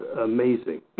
amazing